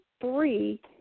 three